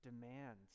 demands